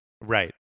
right